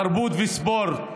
תרבות וספורט,